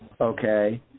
Okay